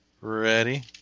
ready